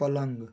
पलंग